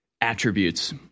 attributes